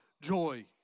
joy